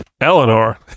Eleanor